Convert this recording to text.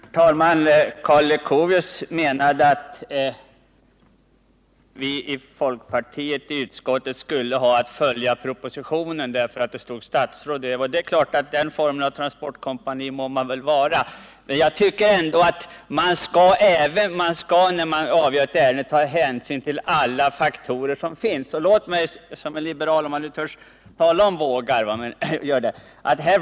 Herr talman! Karl Leuchovius menade att de folkpartistiska ledamöterna i utskottet skulle ha att följa propositionens förslag, eftersom folkpartistiska statsråd var närvarande vid det sammanträde då propositionen antogs av regeringen. Det är klart att man kan agera transportkompani på det sättet, men jag tycker ändå att man när man avgör ett ärende skall ta hänsyn till alla de faktorer som föreligger. Låt mig som liberal ändå tala om våg och om att väga.